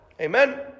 Amen